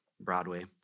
Broadway